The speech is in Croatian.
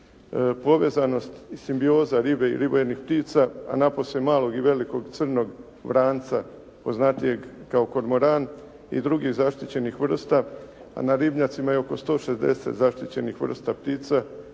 povezanost i simbioza ribe i ribojednih ptica, a napose malog i velikog crnog vranca poznatijeg kao kormoran i drugih zaštićenih vrsta, a na ribnjacima je oko 160 zaštićenih vrsta ptica